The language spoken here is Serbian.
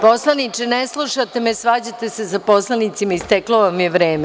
Poslaniče, ne slušate me, svađate sa poslanicima, isteklo vam je vreme.